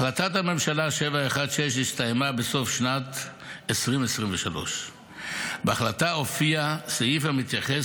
החלטת הממשלה 716 הסתיימה בסוף שנת 2023. בהחלטה הופיע סעיף המתייחס